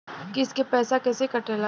किस्त के पैसा कैसे कटेला?